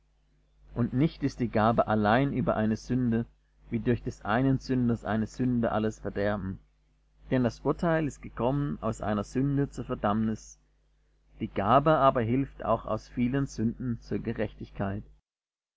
und nicht ist die gabe allein über eine sünde wie durch des einen sünders eine sünde alles verderben denn das urteil ist gekommen aus einer sünde zur verdammnis die gabe aber hilft auch aus vielen sünden zur gerechtigkeit